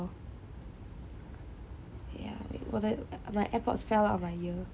yeah 我的 my airpods fell out of my ear